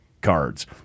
cards